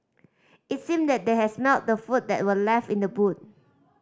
it seemed that they had smelt the food that were left in the boot